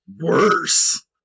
worse